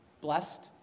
blessed